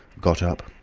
got up,